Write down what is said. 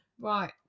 right